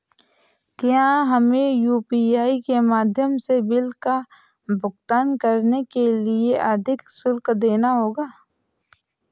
क्या हमें यू.पी.आई के माध्यम से बिल का भुगतान करने के लिए अधिक शुल्क देना होगा?